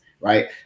Right